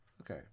Okay